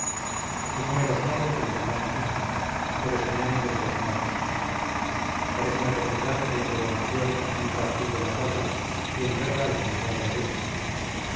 díjome los nombres de los demás ministros pero se me han ido de la memoria paréceme recordar que en gobernación entra gil de la cuadra y en guerra el general rodil